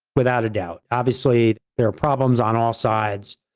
without a doubt, obviously, there are problems on all sides.